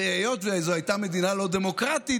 היות שזאת הייתה מדינה לא דמוקרטית,